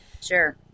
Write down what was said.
Sure